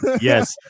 Yes